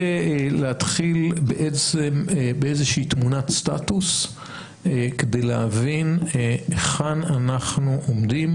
להתחיל באיזה שהיא תמונת סטטוס כדי להבין היכן אנחנו עומדים,